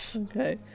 Okay